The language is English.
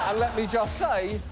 ah let me just say,